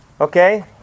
Okay